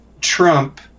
Trump